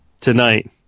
Tonight